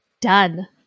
done